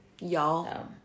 Y'all